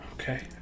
Okay